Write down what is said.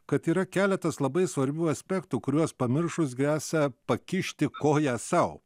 kad yra keletas labai svarbių aspektų kuriuos pamiršus gresia pakišti koją sau